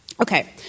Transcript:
Okay